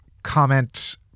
Comment